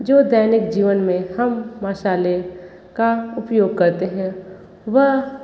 जो दैनिक जीवन में हम मसाले का उपयोग करते हैं वह